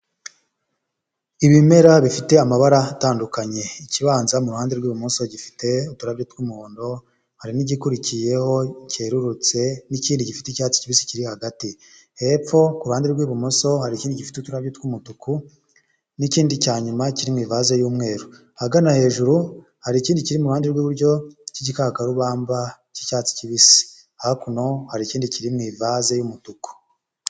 Ibimera bifite amabara atandukanye, ikibanza mu ruhande rw'ibumoso gifite uturabyo tw'umuhondo, hari n'igikurikiyeho cyerurutse n'ikindi gifite icyatsi kibisi kiri hagati, hepfo kuruhande rw'ibumoso hari ikindi gifite utubabo tw'umutuku, n'ikindi cyayuma kiri mu ivase y'umweru, ahagana hejuru hari ikindi kiri iruhande rw'iburyo cy'igikakarubamba cy'icyatsi kibisi, hakuno hari ikindi kiriri mu ivase y'umutuku.